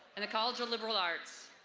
and the college of liberal arts.